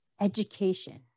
education